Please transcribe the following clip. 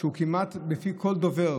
שהוא כמעט בפי כל דובר